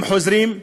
חוזרים,